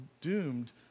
doomed